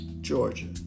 Georgia